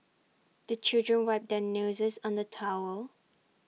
the children wipe their noses on the towel